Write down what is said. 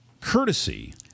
courtesy